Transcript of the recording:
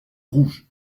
rouges